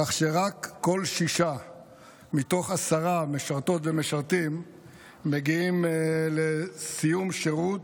כך שרק שישה מתוך עשרה משרתות ומשרתים מגיעים לסיום שירות.